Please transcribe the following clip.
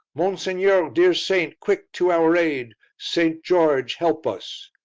monseigneur, dear saint, quick to our aid! st. george help us!